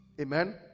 amen